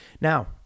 Now